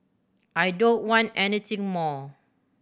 I don't want anything more